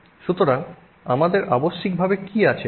সুতরাং আমাদের আবশ্যিকভাবে কি আছে